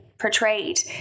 portrayed